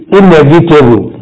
inevitable